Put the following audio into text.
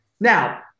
now